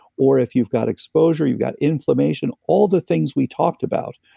or if you've got exposure, you got inflammation, all the things we talked about,